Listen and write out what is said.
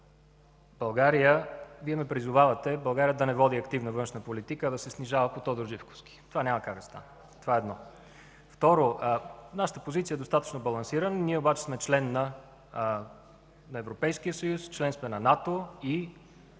Вие ме призовавате България да не води активна външна политика, а да се снишава по тодорживковски. Това няма как да стане. Това е едно. Второ, нашата позиция е достатъчно балансирана. Ние обаче сме член на Европейския съюз, на НАТО и